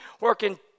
working